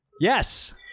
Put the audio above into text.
Yes